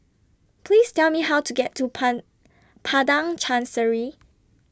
Please Tell Me How to get to Pan Padang Chancery